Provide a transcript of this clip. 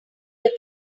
your